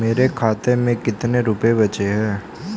मेरे खाते में कितने रुपये बचे हैं?